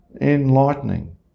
Enlightening